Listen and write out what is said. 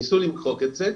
הן ניסו למחוק את זה,